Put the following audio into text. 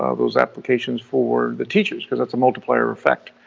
ah those applications for the teachers, because that's a multiplier effect.